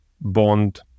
bond